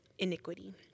iniquity